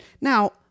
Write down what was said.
Now